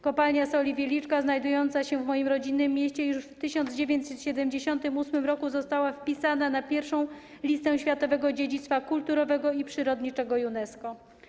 Kopalnia Soli Wieliczka, znajdująca się w moim rodzinnym mieście, już w 1978 r. została wpisana na pierwszą listę światowego dziedzictwa kulturowego i przyrodniczego UNESCO.